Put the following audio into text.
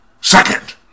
Second